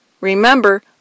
remember